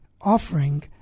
offering